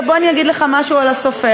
הסופר, עכשיו, בוא אגיד לך משהו על הסופר.